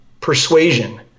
persuasion